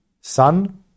Sun